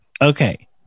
Okay